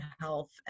health